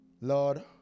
Lord